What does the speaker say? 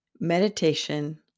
Meditation